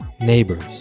Neighbors